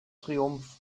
triumph